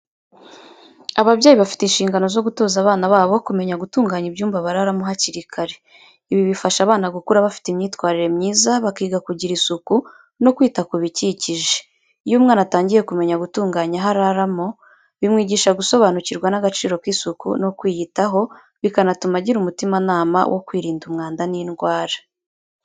Ababyeyi bafite inshingano zo gutoza abana babo kumenya gutunganya ibyumba bararamo hakiri kare. Ibi bifasha abana gukura bafite imyitwarire myiza, bakiga kugira isuku no kwita ku bikikije. Iyo umwana atangiye kumenya gutunganya aho araramo, bimwigisha gusobanukirwa n’agaciro k’isuku no kwiyitaho, bikanatuma agira umutimanama wo kwirinda umwanda n’indwara.